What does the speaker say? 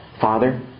Father